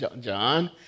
John